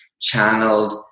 channeled